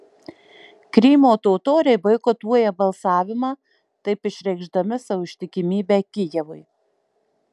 krymo totoriai boikotuoja balsavimą taip išreikšdami savo ištikimybę kijevui